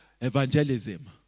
evangelism